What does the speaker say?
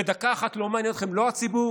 ודקה אחת לא מעניינים אתכם לא הציבור,